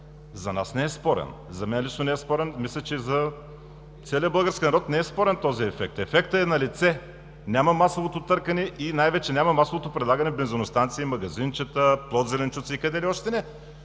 За нас не е спорен. За мен лично не е спорен. Мисля, че и за целия български народ не е спорен този ефект. Ефектът е налице – няма масовото търкане и най-вече няма масовото предлагане в бензиностанции, магазинчета, плод-зеленчуци и къде ли още не.